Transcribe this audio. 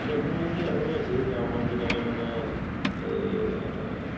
technology আৰু আছে যে আমাৰ যেনেকে মানে